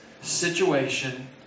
situation